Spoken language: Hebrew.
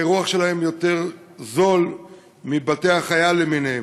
וגם האירוח שלהם יותר זול מבבתי-החייל למיניהם.